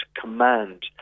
command